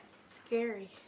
Scary